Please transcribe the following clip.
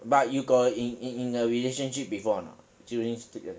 but you got in in a relationship before or not during student